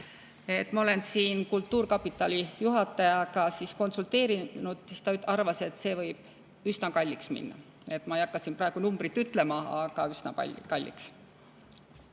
ma olen siin kultuurkapitali juhatajaga konsulteerinud, siis ta arvas, et see võib üsna kalliks minna. Ma ei hakka siin praegu numbrit ütlema, aga üsna kalliks.